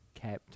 kept